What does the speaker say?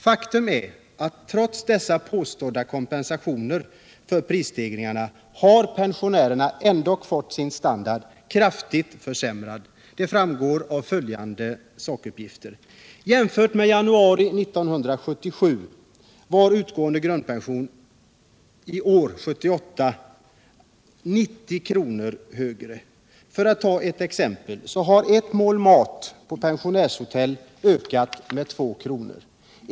Faktum är att trots dessa påstådda kompensationer för prisstegringarna har pensionärerna fått se sin standard kraftigt försämrad. Det framgår bl.a. av följande sakuppgifter. Jämfört med januari 1977 är i år utgående grundpension 90 kr. högre. För att ta ett exempel så har priset på ett mål mat på pensionärshotell ökat med två kr.